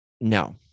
No